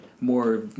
more